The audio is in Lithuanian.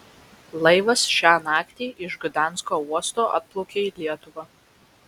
laivas šią naktį iš gdansko uosto atplaukė į lietuvą